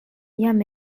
jam